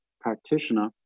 practitioner